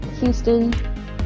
Houston